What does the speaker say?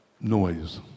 noise